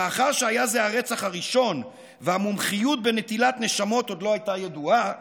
מאחר שזה היה הרצח הראשון והמומחיות בנטילת נשמות עוד לא הייתה ידועה,